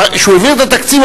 כשהוא העביר את התקציב,